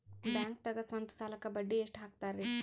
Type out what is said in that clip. ಬ್ಯಾಂಕ್ದಾಗ ಸ್ವಂತ ಸಾಲಕ್ಕೆ ಬಡ್ಡಿ ಎಷ್ಟ್ ಹಕ್ತಾರಿ?